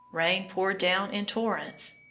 rain poured down in torrents,